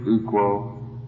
equal